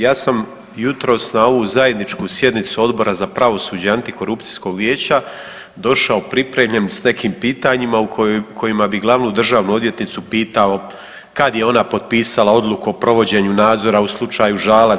Ja sam jutros na ovu zajedničku sjednicu Odbora za pravosuđe i Antikorupcijskog vijeća došao pripremljen s nekim pitanjima u kojima bi Glavnu državnu odvjetnicu pitao kad je ona potpisala Odluku o provođenju nadzora u slučaju Žalac?